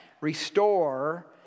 restore